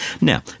Now